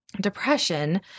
depression